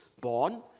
born